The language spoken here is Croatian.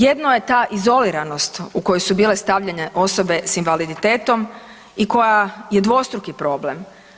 Jedno je ta izoliranost u kojoj su bile stavljene osobe s invaliditetom i koja je dvostruki problem.